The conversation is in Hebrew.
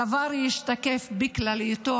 הדבר ישתקף בכלליותו